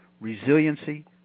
resiliency